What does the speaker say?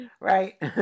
Right